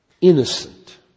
innocent